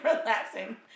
relaxing